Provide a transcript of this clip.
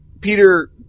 Peter